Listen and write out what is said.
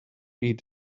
eat